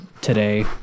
today